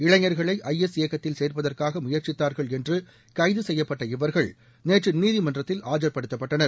இளைஞர்களை I S இயக்கத்தில் சோப்பதற்காக முயற்சித்தார்கள் என்று கைது செய்யப்பட்ட இவர்கள் நேற்று நீதிமன்றத்தில் ஆஜர்படுத்தப்பட்டனர்